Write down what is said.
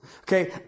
Okay